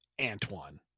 Antoine